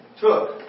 took